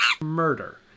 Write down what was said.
murder